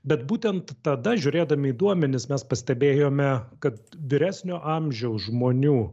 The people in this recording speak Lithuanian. bet būtent tada žiūrėdami į duomenis mes pastebėjome kad vyresnio amžiaus žmonių